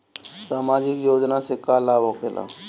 समाजिक योजना से का लाभ होखेला?